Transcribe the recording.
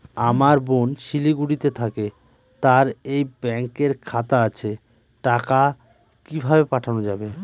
আমার বোন শিলিগুড়িতে থাকে তার এই ব্যঙকের খাতা আছে টাকা কি ভাবে পাঠানো যাবে?